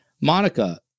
Monica